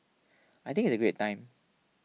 I think it's a great time